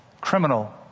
criminal